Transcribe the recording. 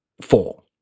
four